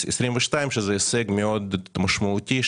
שזה הישג משמעותי מאוד,